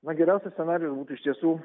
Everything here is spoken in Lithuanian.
na geriausia scenarijus būtų iš tiesų